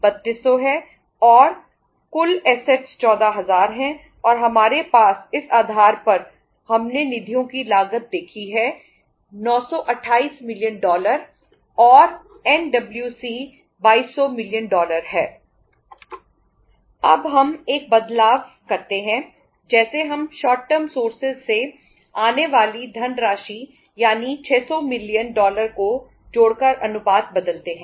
अब हम एक बदलाव करते हैं जैसे हम शॉर्ट टर्म स्रोतों से आने वाली अधिक राशि यानी 600 मिलियन डॉलर को जोड़कर अनुपात बदलते हैं